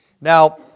Now